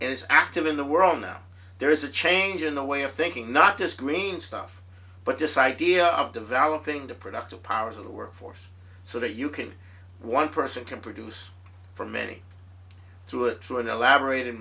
is active in the world now there is a change in the way of thinking not just green stuff but this idea of developing the productive powers of the workforce so that you can one person can produce for many through it through an elaborate